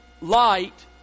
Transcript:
light